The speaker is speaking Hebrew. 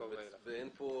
מכאן ואילך.